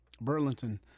burlington